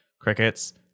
crickets